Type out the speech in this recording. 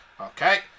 Okay